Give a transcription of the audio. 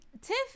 Tiff